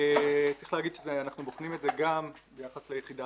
צריך להגיד שאנחנו בוחנים את זה גם ביחס ליחידה